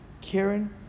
Karen